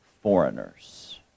foreigners